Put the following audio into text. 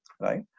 right